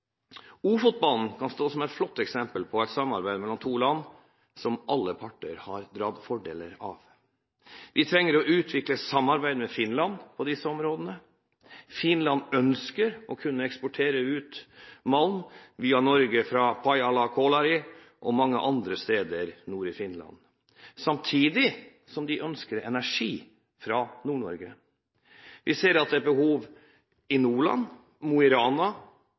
Ofotbanen kan stå som et flott eksempel på et samarbeid mellom to land som alle parter har hatt fordel av. Vi trenger å utvikle samarbeid med Finland på disse områdene. Finland ønsker å kunne eksportere malm via Norge fra Pajala-Kolari og mange andre steder nord i Finland, samtidig som de ønsker energi fra Nord-Norge. Vi ser at det er behov i Nordland, i Mo i Rana,